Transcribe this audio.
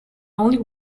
only